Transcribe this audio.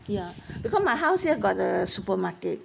okay ya because my house here got the supermarket